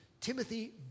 Timothy